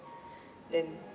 then